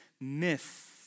myth